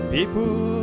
People